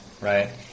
Right